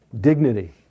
dignity